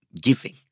giving